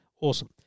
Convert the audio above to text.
Awesome